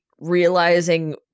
realizing